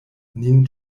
nin